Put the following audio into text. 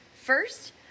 First